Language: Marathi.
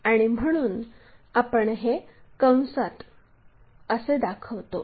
आणि म्हणून आपण हे कंसात असे दाखवतो